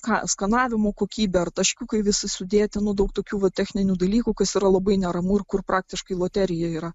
ką skanavimo kokybė ar taškiukai visi sudėti nu daug tokių va techninių dalykų kas yra labai neramu ir kur praktiškai loterija yra